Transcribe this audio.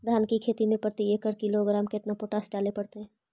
धान की खेती में प्रति एकड़ केतना किलोग्राम पोटास डाले पड़तई?